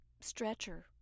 stretcher